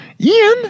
Ian